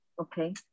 Okay